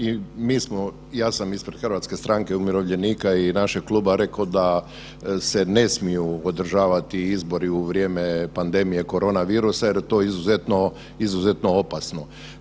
I mi smo, ja sam ispred hrvatske Stranke umirovljenika i našeg kluba rekao da se ne smiju održavati izbori u vrijeme pandemije korona virusa jer je to izuzetno opasno.